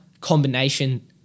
combination